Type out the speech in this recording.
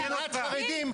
שנאת חרדים,